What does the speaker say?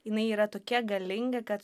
jinai yra tokia galinga kad